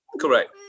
Correct